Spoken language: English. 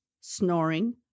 snoring